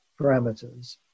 parameters